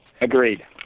Agreed